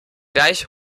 gleich